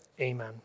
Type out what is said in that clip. Amen